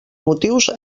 motius